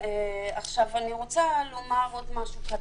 אני רוצה לומר עוד משהו.